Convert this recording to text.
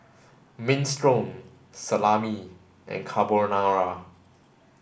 Minestrone Salami and Carbonara